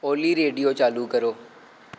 ओली radio चालू करो